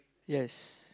yes